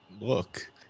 look